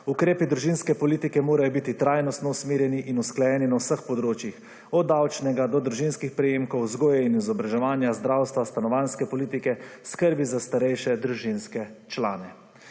Ukrepi družinske politike morajo biti trajnostno usmerjeni in usklajeni na vseh področjih od davčnega do družinskih prejemkov, vzgoje in izobraževanja, zdravstva, stanovanjske politike, skrbi za starejše družinske člane.